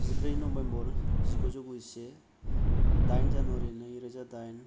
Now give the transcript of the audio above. जिब्रै नभेम्बर जिगुजौ गुजिसे दाइन जानुवारी नै रोजा दाइन